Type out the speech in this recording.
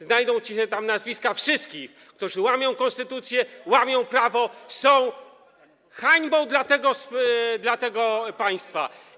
Znajdą się tam nazwiska wszystkich, którzy łamią konstytucję, łamią prawo, są hańbą dla tego państwa.